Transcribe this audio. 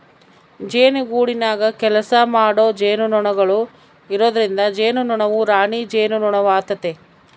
ಜೇನುಗೂಡಿನಗ ಕೆಲಸಮಾಡೊ ಜೇನುನೊಣಗಳು ಇರೊದ್ರಿಂದ ಜೇನುನೊಣವು ರಾಣಿ ಜೇನುನೊಣವಾತತೆ